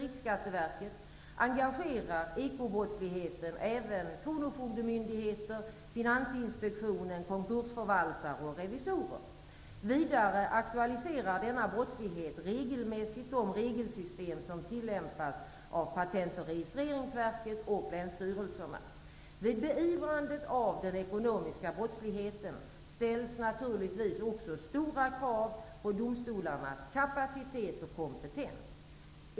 Riksskatteverket, engagerar ekobrottsligheten även kronofogdemyndigheter, Finansinspektionen, konkursförvaltare och revisorer. Vidare aktualiserar denna brottslighet regelmässigt de regelsystem som tillämpas av Patent och registreringsverket och länsstyrelserna. Vid beivrandet av den ekonomiska brottsligheten ställs naturligtvis också stora krav på domstolarnas kapacitet och kompetens.